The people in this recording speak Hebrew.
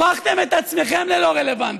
הפכתם את עצמכם ללא רלוונטיים.